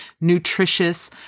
nutritious